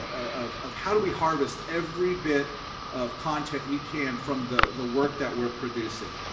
ah of of how do we harvest every bit of content we can from the the work that we're producing?